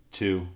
two